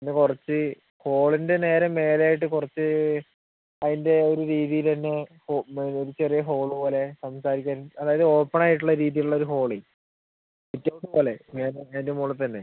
പിന്നെ കുറച്ച് ഹോളിൻ്റെ നേരെ മേലെയായിട്ട് കുറച്ച് അതിൻ്റെ ഒരു രീതിയിൽത്തന്നെ ഒരു ചെറിയ ഹോൾ പോലെ സംസാരിക്കാൻ അതായത് ഓപ്പണായിട്ടുള്ള രീതിയിലുള്ള ഒരു ഹോളെ സിറ്റൗട്ട് പോലെ അതിൻ്റെ മുകളിൽ തന്നെ